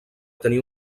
tenir